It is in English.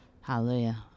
Hallelujah